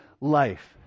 life